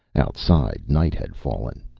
outside, night had fallen.